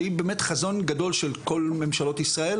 שהיא באמת חזון גדול של כל ממשלות ישראל,